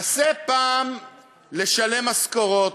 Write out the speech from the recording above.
נסה פעם אחת לשלם משכורות.